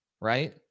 right